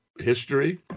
history